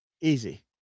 easy